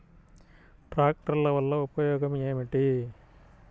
ట్రాక్టర్ల వల్ల ఉపయోగం ఏమిటీ?